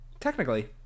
Technically